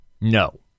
No